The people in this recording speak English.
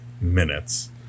minutes